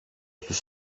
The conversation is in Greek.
στους